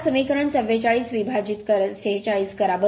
आता समीकरण 44 विभाजित 46 करा